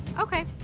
okay,